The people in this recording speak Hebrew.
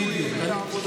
בדיוק.